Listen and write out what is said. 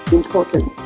important